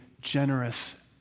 generous